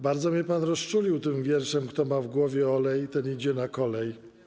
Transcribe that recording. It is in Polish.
Bardzo mnie pan rozczulił tym wierszem: kto ma w głowie olej, ten idzie na kolej.